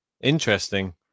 interesting